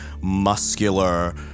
muscular